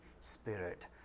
Spirit